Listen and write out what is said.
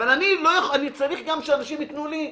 אבל אני צריך גם שאנשים ייתנו לי כלים,